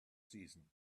season